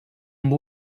amb